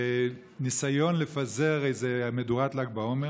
בניסיון לפזר איזו מדורת ל"ג בעומר,